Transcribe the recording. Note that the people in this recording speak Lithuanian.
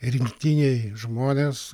rinktiniai žmonės